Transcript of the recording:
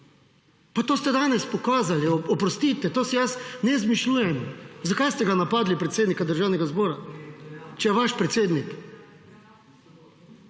Pa to ste danes pokazali, oprostite, to si jaz ne izmišljujem. Zakaj ste ga napadli, predsednika Državnega zbora, če je vaš predsednik?